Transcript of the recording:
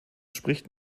spricht